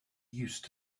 used